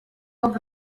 cop